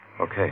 Okay